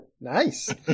Nice